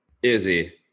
Izzy